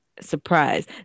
surprise